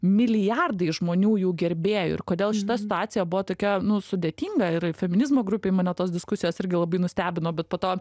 milijardai žmonių jų gerbėjų ir kodėl šita situacija buvo tokia nu sudėtinga ir feminizmo grupėj mane tos diskusijos irgi labai nustebino bet po to